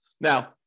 Now